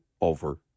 over